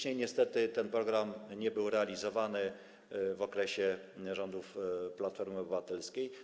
Niestety później ten program nie był realizowany w okresie rządów Platformy Obywatelskiej.